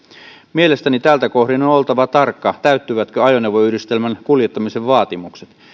mielestäni tältä kohdin on on oltava tarkka täyttyvätkö ajoneuvoyhdistelmän kuljettamisen vaatimukset